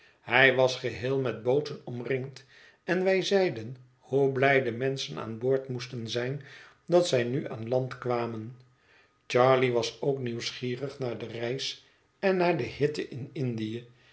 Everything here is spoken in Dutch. hij was geheel met booten omringd en wij zeiden hoe blij de menschen aan boord moesten zijn dat zij nu aan land kwamen charley was ook nieuwsgierig naar de reis en naar de hitte in indië